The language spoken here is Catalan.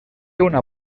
una